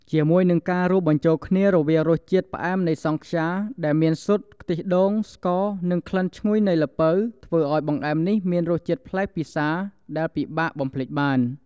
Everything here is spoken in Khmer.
ជាមួយនឹងការរួមបញ្ចូលគ្នារវាងរសជាតិផ្អែមនៃសង់ខ្យា ដែលមាន ស៊ុត ខ្ទិះដូង ស្ករ និងក្លិនឈ្ងុយនៃល្ពៅ ធ្វើឲ្យបង្អែមនេះមានរសជាតិប្លែកពិសាដែលពិបាកបំភ្លេចបាន។